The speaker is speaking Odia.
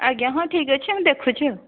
ଆଜ୍ଞା ହଁ ଠିକ୍ଅଛି ମୁଁ ଦେଖୁଛି ଆଉ